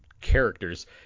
characters